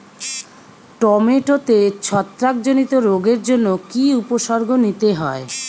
টমেটোতে ছত্রাক জনিত রোগের জন্য কি উপসর্গ নিতে হয়?